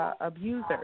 Abusers